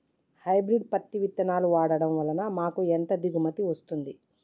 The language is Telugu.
హైబ్రిడ్ పత్తి విత్తనాలు వాడడం వలన మాకు ఎంత దిగుమతి వస్తుంది?